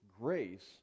grace